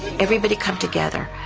everybody comes together.